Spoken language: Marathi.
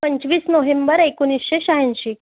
पंचवीस नोहेंबर एकोणीसशे शहाऐंशी